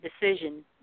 decision